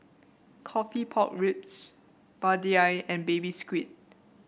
coffee Pork Ribs vadai and Baby Squid